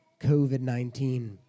COVID-19